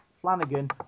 Flanagan